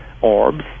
orbs